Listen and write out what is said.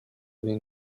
din